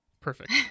Perfect